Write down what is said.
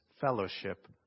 fellowship